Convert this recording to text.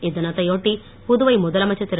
இத்தினத்தை யொட்டி புதுவை முதலமைச்சர் திரு